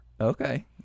Okay